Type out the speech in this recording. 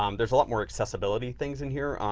um there's a lot more accessibility things in here.